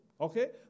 Okay